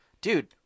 Dude